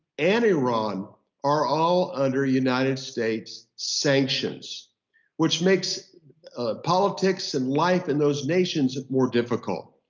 and iran are all under united states sanctions which makes politics and life and those nations more difficult.